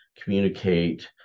communicate